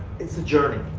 it's the journey.